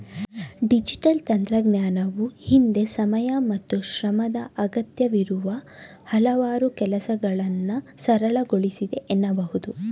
digital ತಂತ್ರಜ್ಞಾನವು ಹಿಂದೆ ಸಮಯ ಮತ್ತು ಶ್ರಮದ ಅಗತ್ಯವಿರುವ ಹಲವಾರು ಕೆಲಸಗಳನ್ನ ಸರಳಗೊಳಿಸಿದೆ ಎನ್ನಬಹುದು